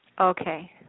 Okay